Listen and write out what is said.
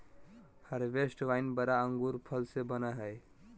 हर्बेस्टि wine बड़ा अंगूर फल से बनयय हइ